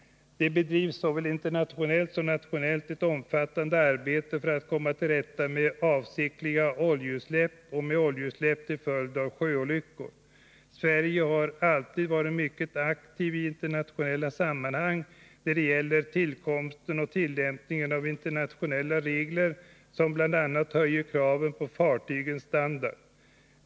Det bedrivs såväl internationellt som nationellt ett omfattande arbete för att komma till rätta med avsiktliga oljeutsläpp och med oljeutsläpp till följd av sjöolyckor. Sverige har alltid varit mycket aktivt i internationella sammanhang när det gäller tillkomsten och tillämpningen av internationella regler som bl.a. höjer kraven på fartygens standard.